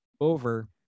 over